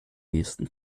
nächsten